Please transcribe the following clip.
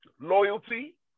loyalty